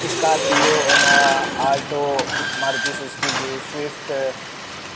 Scorpio Innova Alto Maruti Suzuki Swift